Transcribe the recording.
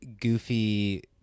goofy